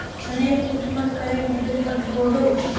ಮನೆಲ್ ಕುತ್ಕೊಂಡ್ current bill ಕಟ್ಬೊಡು